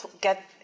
get